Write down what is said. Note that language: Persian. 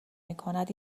میکند